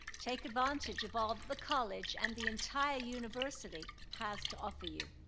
take advantage of all the college and the entire university has to offer you.